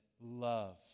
love